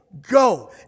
go